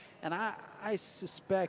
and i i suspect